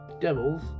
devils